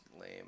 lame